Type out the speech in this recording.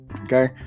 Okay